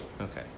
Okay